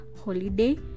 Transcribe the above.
holiday